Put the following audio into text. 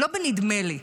לא בנדמה לי.